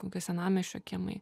kokio senamiesčio kiemai